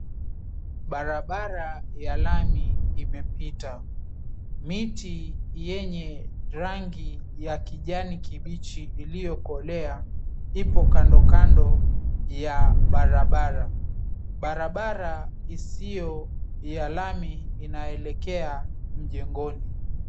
Barabara ya lami imepita miti yenye rangi ya kijani kibichi iliokolea ipo kando kando ya barabara .Barabara isiyo ya lami inaelekea mjengoni.